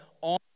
on